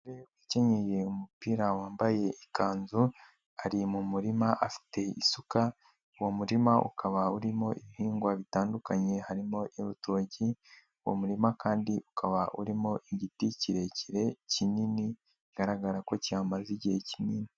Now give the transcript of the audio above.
Umugore ukenyeye umupira wambaye ikanzu, ari mu murima afite isuka, uwo murima ukaba urimo ibihingwa bitandukanye harimo urutoki, uwo muririma kandi ukaba urimo igiti kirekire kinini bigaragara ko cyihamaze igihe kinini.